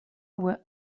were